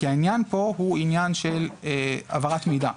כי העניין פה הוא עניין של העברת מידע,